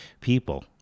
people